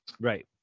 Right